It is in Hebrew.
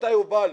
מתי הוא בא לו.